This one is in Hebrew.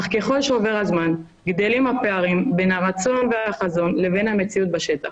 אך ככל שעובר הזמן גדלים הפערים בין הרצון והחזון לבין המציאות בשטח